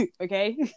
Okay